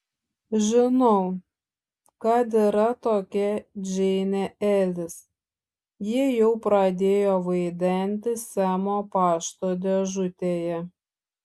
žinau kad yra tokia džeinė elis ji jau pradėjo vaidentis semo pašto dėžutėje